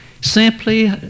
simply